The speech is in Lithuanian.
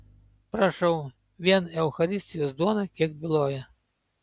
prašau vien eucharistijos duona kiek byloja